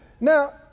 Now